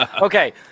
Okay